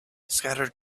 scattered